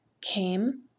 came